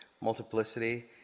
multiplicity